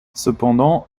cependant